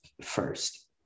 first